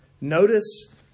Notice